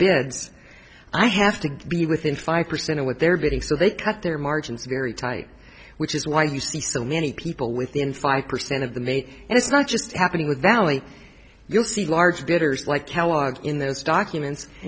beds i have to be within five percent of what they're getting so they cut their margins very tight which is why you see so many people within five percent of the mate and it's not just happening with valley you'll see large bidders like kellogg in those documents